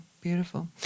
Beautiful